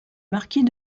marquis